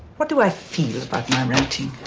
what do i feel about my writing?